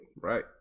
Right